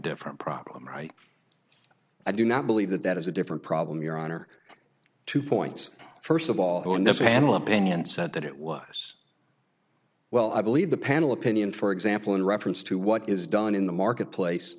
different problem right i do not believe that that is a different problem your honor two points first of all on the panel opinion said that it was well i believe the panel opinion for example in reference to what is done in the marketplace